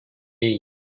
değil